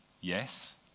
yes